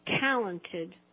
talented